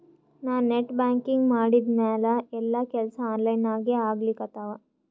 ನಾ net banking ಮಾಡಿದ್ಮ್ಯಾಲ ಎಲ್ಲಾ ಕೆಲ್ಸಾ ಆನ್ಲೈನಾಗೇ ಆಗ್ಲಿಕತ್ತಾವ